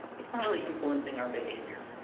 it's not really influencing our behavior.